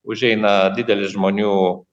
užeina didelis žmonių